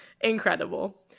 Incredible